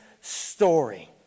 story